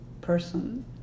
person